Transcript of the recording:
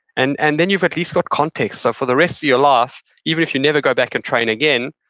and and then you've at least got context so, for the rest of your life, even if you never go back and train again,